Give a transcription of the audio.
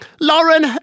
Lauren